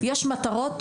יש את המטרות,